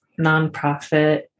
nonprofit